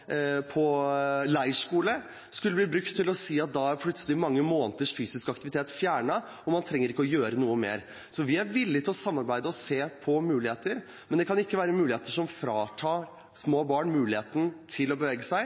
på leirskole skal bli brukt til å si at da kan mange måneder fysisk aktivitet bli fjernet, og man trenger ikke å gjøre noe mer. Vi er villige til å samarbeide og se på muligheter, men det kan ikke være noe som fratar små barn muligheten til å bevege seg.